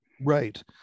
Right